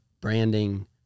branding